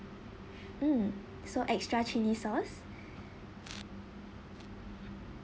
mm so extra chili sauce